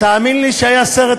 תאמין לי שהיה סרט אחר,